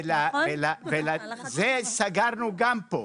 זה סגרנו גם פה,